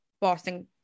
boston